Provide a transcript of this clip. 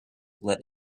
let